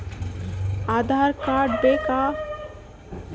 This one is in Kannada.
ಆಧಾರ್ ಕಾರ್ಡ್ ಬೇಕಾ?